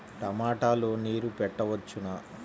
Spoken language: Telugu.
టమాట లో నీరు పెట్టవచ్చునా?